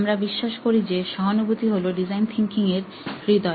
আমরা বিশ্বাস করি যে সহানুভূতি হলো ডিজাইন থিঙ্কিং এর হৃদয়